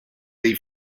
dei